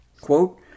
Quote